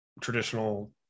traditional